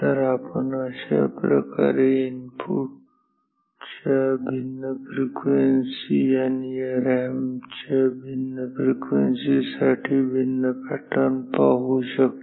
तर अशाप्रकारे आपण इनपुट च्या भिन्न फ्रिक्वेन्सी आणि या रॅम्प च्या भिन्न फ्रिक्वेन्सी साठी भिन्न पॅटर्न काढू शकता